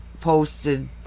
posted